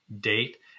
date